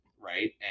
Right